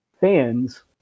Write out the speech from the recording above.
fans